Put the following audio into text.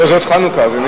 לרשותך, אדוני,